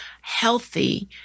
healthy